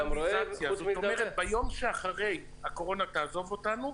זאת אומרת, ביום שאחרי שהקורונה תעזוב אותנו,